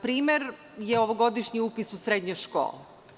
Primer je ovogodišnji upis u srednje škole.